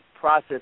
process